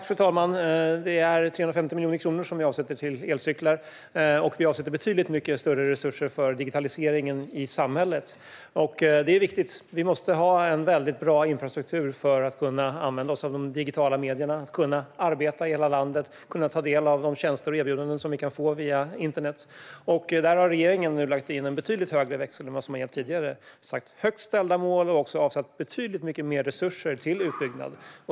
Fru talman! Vi avsätter 350 miljoner kronor till elcyklar, och vi avsätter betydligt större resurser för digitaliseringen i samhället. Det är riktigt att vi måste ha en bra infrastruktur för att använda oss av de digitala medierna, arbeta i hela landet och ta del av de tjänster och erbjudanden som vi kan få via internet. Där har regeringen lagt in en betydligt högre växel än tidigare med högt ställda mål och avsatt betydligt mer resurser till utbyggnad.